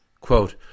quote